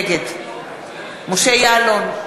נגד משה יעלון,